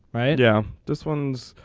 right yeah. this one's.